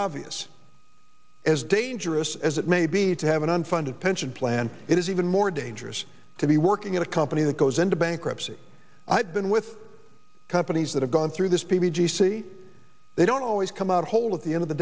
obvious as dangerous as it may be to have an unfunded pension plan it is even more dangerous to be working at a company that goes into bankruptcy i've been with companies that have gone through this p b g c they don't always come out whole at the end of the